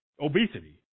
obesity